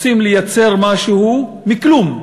רוצים לייצר משהו מכלום.